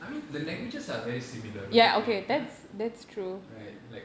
I mean the languages are very similar right like